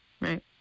right